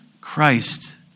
Christ